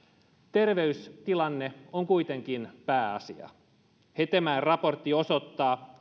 terveystilanne on kuitenkin pääasia hetemäen raportti osoittaa